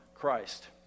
Christ